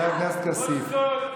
שלפי